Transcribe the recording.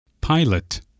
Pilot